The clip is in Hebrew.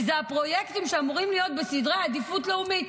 ואלה הפרויקטים שאמורים להיות בסדר העדיפויות הלאומי,